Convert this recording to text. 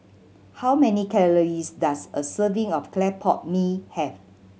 how many calories does a serving of clay pot mee have